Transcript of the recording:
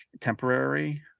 temporary